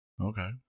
Okay